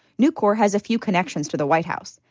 nucor has a few connections to the white house.